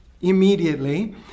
Immediately